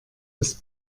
ist